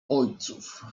ojców